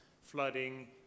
flooding